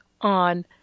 on